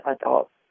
adults